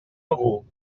algú